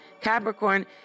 Capricorn